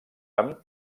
amb